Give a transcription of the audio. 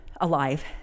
alive